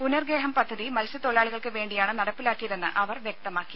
പുനർഗേഹം പദ്ധതി മത്സ്യത്തൊഴിലാളികൾക്ക് വേണ്ടിയാണ് നടപ്പിലാക്കിയെന്ന് അവർ വ്യക്തമാക്കി